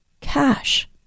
cash